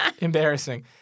Embarrassing